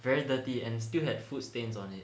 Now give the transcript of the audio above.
very dirty and still had food stains on it